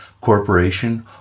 corporation